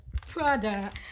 Prada